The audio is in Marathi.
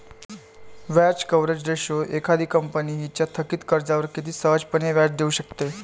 व्याज कव्हरेज रेशो एखादी कंपनी तिच्या थकित कर्जावर किती सहजपणे व्याज देऊ शकते